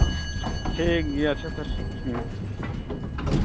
ᱴᱷᱤᱠ ᱜᱮᱭᱟ ᱟᱪᱪᱷᱟ ᱛᱟᱦᱚᱞᱮ